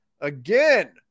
again